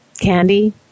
Candy